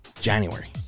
january